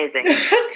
amazing